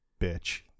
bitch